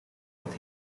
het